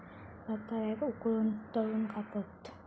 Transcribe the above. रताळ्याक उकळवून, तळून खातत